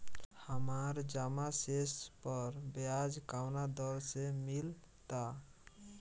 हमार जमा शेष पर ब्याज कवना दर से मिल ता?